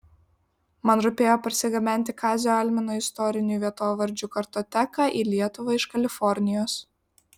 man rūpėjo parsigabenti kazio almino istorinių vietovardžių kartoteką į lietuvą iš kalifornijos